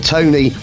Tony